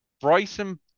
Bryson